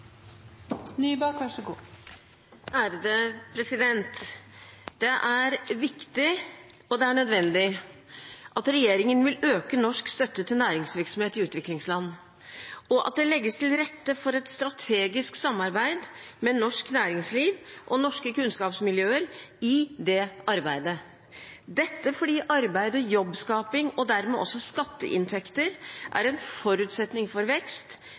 nødvendig, at regjeringen vil øke norsk støtte til næringsvirksomhet i utviklingsland, og at det legges til rette for et strategisk samarbeid med norsk næringsliv og norske kunnskapsmiljøer i det arbeidet – dette fordi arbeid og jobbskaping, og dermed også skatteinntekter, er en forutsetning for vekst,